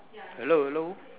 hello hello